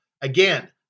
Again